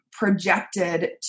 projected